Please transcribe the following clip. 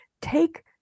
take